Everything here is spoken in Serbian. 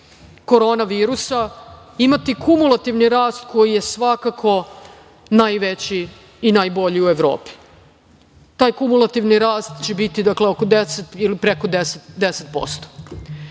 korona virusa imati kumulativni rast koji je svakako najveći i najbolji u Evropi. Taj kumulativni rast će biti oko 10% ili preko 10%.